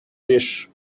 dish